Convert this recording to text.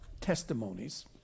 testimonies